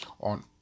On